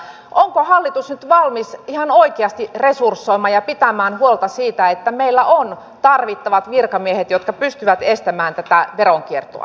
onko hallitus nyt valmis ihan oikeasti resursoimaan ja pitämään huolta siitä että meillä on tarvittavat virkamiehet jotka pystyvät estämään tätä veronkiertoa